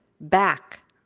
back